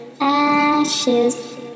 ashes